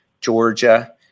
Georgia